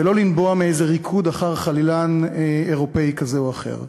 ולא לנבוע מאיזה ריקוד אחר חלילן אירופי כזה או אחר.